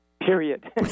period